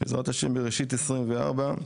בעזרת השם בראשית 2024,